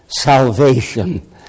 Salvation